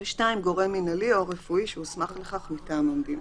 2. גורם מנהלי או רפואי שהוסמך לכך מטעם המדינה.